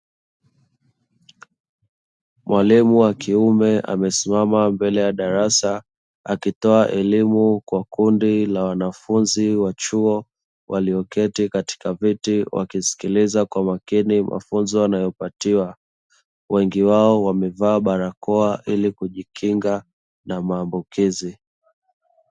Mwalimu wa kiume amesimama mbele ya darasa, akitoa elimu kwa kundi la wanafunzi wa chuo walioketi katika viti wakisikiliza kwa makini mafunzo wanayopatiwa. Wengi wao wamevaa barakoa ili kujikinga na maambukizi.